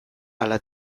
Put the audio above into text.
ala